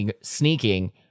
sneaking